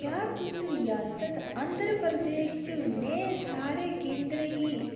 क्या तुस रियासत आंध्र प्रदेश च नेह् सारे केंदरें गी